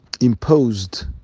imposed